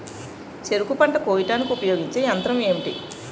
చెరుకు పంట కోయడానికి ఉపయోగించే యంత్రం ఎంటి?